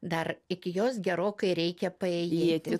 dar iki jos gerokai reikia paėjėti